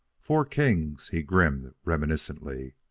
four kings! he grinned reminiscently.